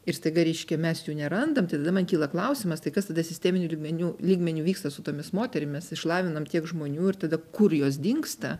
ir staiga reiškia mes jų nerandam tai tada man kyla klausimas tai kas tada sisteminiu lygmeniu lygmeniu vyksta su tomis moterimis išlavinam tiek žmonių ir tada kur jos dingsta